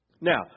Now